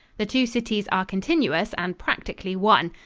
the two cities are continuous and practically one.